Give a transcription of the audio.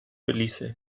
belize